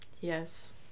Yes